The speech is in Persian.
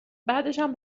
بعدشم